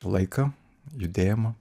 laiką judėjimą